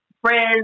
friends